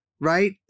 Right